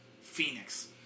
Phoenix